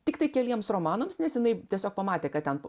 tiktai keliems romanams nes jinai tiesiog pamatė kad ten